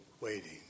waiting